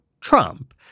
Trump